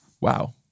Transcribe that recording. wow